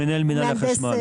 מנהל מינהל החשמל.